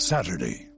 Saturday